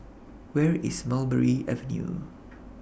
Where IS Mulberry Avenue